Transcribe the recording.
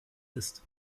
ist